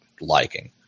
liking